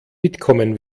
mitkommen